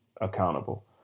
accountable